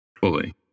fully